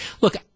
Look